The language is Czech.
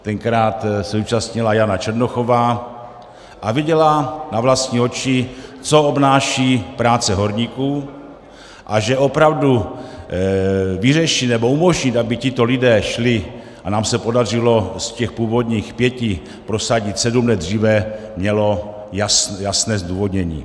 Tenkrát se účastnila Jana Černochová a viděla na vlastní oči, co obnáší práce horníků a že opravdu vyřešit nebo umožnit, aby tito lidé šli, a nám se podařilo z původních pěti prosadit sedm let, dříve, mělo jasné zdůvodnění.